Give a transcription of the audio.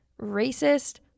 racist